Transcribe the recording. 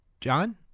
John